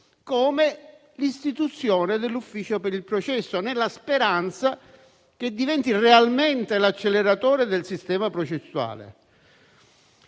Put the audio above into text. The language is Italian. come l'istituzione dell'ufficio per il processo, nella speranza che diventi realmente l'acceleratore del sistema processuale.